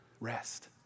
Rest